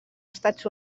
estats